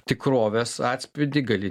tikrovės atspindį gali